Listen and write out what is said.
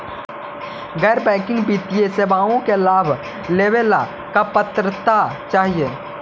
गैर बैंकिंग वित्तीय सेवाओं के लाभ लेवेला का पात्रता चाही?